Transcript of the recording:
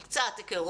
עם קצת הכרות,